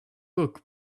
book